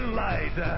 light